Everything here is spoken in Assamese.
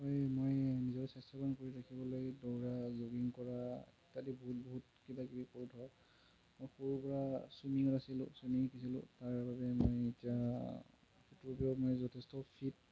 মই মই নিজকে স্বাস্থ্যবান কৰি ৰাখিবলৈ দৌৰা জগিং কৰা ইত্যাদি বহুত বহুত কিবাকিবি কৰি থাকোঁ মই সৰুৰ পৰা চুইমিঙত আছিলোঁ চুইমিং শিকিছিলোঁ তাৰ বাবে মই এতিয়া মই যথেষ্ট ফিট